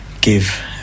give